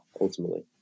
ultimately